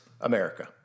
America